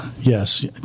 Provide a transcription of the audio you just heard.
yes